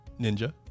ninja